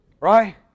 Right